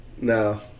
No